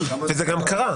וזה גם קרה.